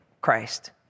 Christ